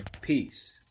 Peace